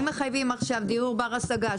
אם מחייבים עכשיו דיור בר השגה,